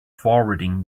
forwarding